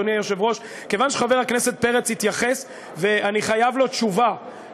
אדוני היושב-ראש: כיוון שחבר הכנסת פרץ התייחס ואני חייב לו תשובה,